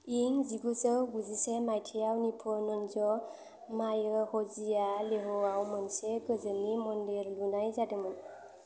इं जिगुजौ गुजिसे माइथायाव निप्प'नजन मायोहोजीआ लेहआव मोनसे गोजोननि मन्दिर लुनाय जादोंमोन